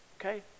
okay